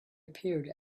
appeared